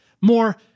more